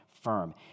firm